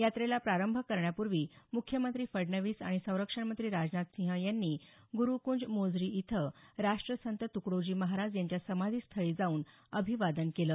यात्रेला प्रारंभ करण्यापूर्वी मुख्यमंत्री फडणवीस आणि संरक्षणमंत्री राजनाथसिंह यांनी गुरूकंज मोझरी इथं राष्ट्रसंत तुकडोजी महाराज यांच्या समाधी स्थळी जाऊन अभिवादन केलं